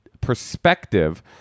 perspective